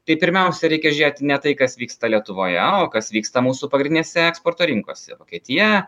tai pirmiausia reikia žiūrėti ne tai kas vyksta lietuvoje o kas vyksta mūsų pagrindinėse eksporto rinkose vokietija